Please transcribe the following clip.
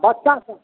बच्चासभ